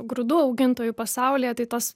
grūdų augintojų pasaulyje tai tas